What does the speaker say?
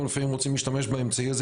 אנחנו לפעמים רוצים להשתמש באמצעי הזה